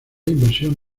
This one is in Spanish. inversión